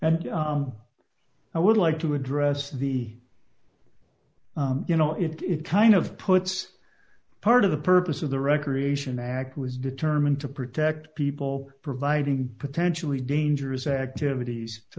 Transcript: and i would like to address the you know it it kind of puts part of the purpose of the recreation act was determined to protect people providing potentially dangerous activities to